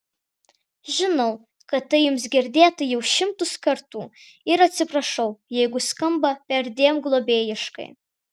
žinau kad tai jums girdėta jau šimtus kartų ir atsiprašau jeigu skamba perdėm globėjiškai